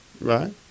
Right